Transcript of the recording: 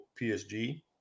PSG